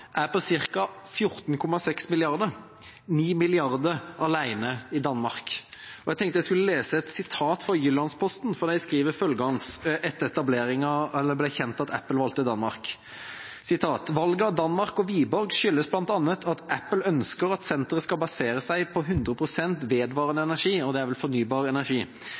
er på ca. 14,6 mrd. kr, 9 mrd. kr bare i Danmark. Jeg tenkte jeg skulle lese et sitat fra Jyllandsposten. De skriver – etter at det ble kjent at Apple valgte Danmark – følgende: «Valget af Danmark og Viborg skyldes blandt andet, at Apple ønsker, at centret skal basere sig 100 procent på vedvarende energi.» – Det er vel fornybar energi.